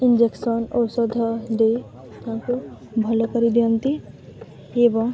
injection ଔଷଧ ଦେଇ ତାଙ୍କୁ ଭଲ କରିଦିଅନ୍ତି ଏବଂ